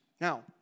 Now